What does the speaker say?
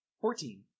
Fourteen